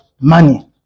money